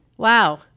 Wow